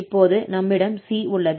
இப்போது நம்மிடம் c உள்ளது